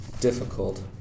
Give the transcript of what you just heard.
difficult